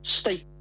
state